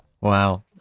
Wow